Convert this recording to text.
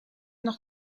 nog